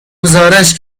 گزارش